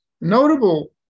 Notable